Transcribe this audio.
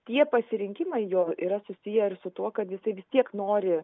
tie pasirinkimai jo yra susiję ir su tuo kad jisai vis tiek nori